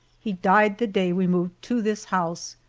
he died the day we moved to this house,